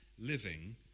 living